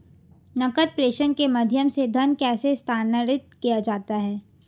नकद प्रेषण के माध्यम से धन कैसे स्थानांतरित किया जाता है?